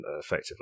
effectively